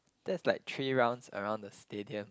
that's like three rounds around the stadium